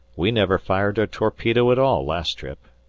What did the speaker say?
we never fired a torpedo at all last trip,